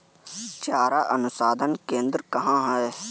चारा अनुसंधान केंद्र कहाँ है?